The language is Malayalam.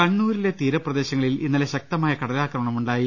കണ്ണൂരിലെ തീരപ്രദേശങ്ങളിൽ ഇന്നലെ ശക്തമായ കടലാക്രമണമുണ്ടായി